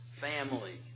family